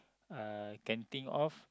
uh can think of